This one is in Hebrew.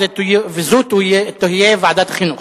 וזאת תהיה ועדת חינוך.